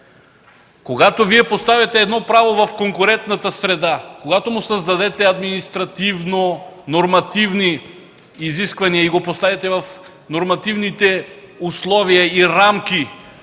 Когато Вие поставяте едно право в конкурентна среда, когато му създадете административни и нормативни изисквания и го поставите в нормативните условия и рамки,